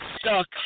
stuck